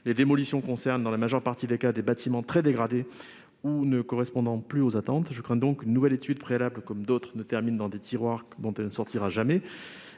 les démolitions concernent, dans la majeure partie des cas, des bâtiments très dégradés ou ne correspondant plus aux attentes. Je crains donc que cette nouvelle étude préalable ne termine, comme d'autres, dans des tiroirs dont elle ne sortira jamais